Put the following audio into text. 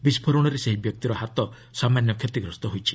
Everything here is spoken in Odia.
ବିସ୍ଫୋରଣରେ ସେହି ବ୍ୟକ୍ତିର ହାତ ସାମାନ୍ୟ କ୍ଷତିଗ୍ରସ୍ତ ହୋଇଛି